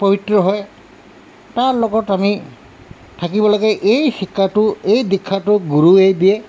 পৱিত্ৰ হয় তাৰ লগত আমি থাকিব লাগে এই শিক্ষাটো এই দীক্ষাটো গুৰুৱে দিয়ে